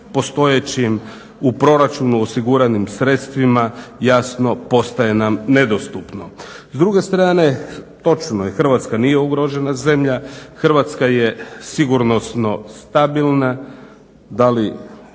postojećim u proračunu osiguranim sredstvima jasno postaje nam nedostupno. S druge strane, točno je Hrvatska nije ugrožena zemlja. Hrvatska je sigurnosno stabilna. Da li